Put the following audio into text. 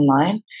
online